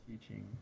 teaching